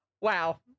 Wow